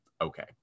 Okay